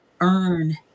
earn